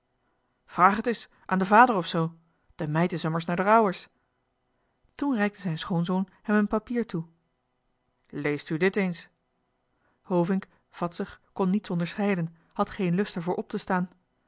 vraag het es aan de vader of zoo de meid is ommers na d'er ouwers toen reikte zijn schoonzoon hem een papier toe leest u dat eens hovink vadsig kon niets onderscheiden had geen lust er voor op te staan